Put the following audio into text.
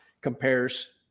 compares